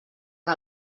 que